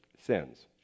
sins